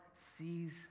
sees